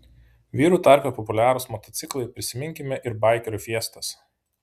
vyrų tarpe populiarūs motociklai prisiminkime ir baikerių fiestas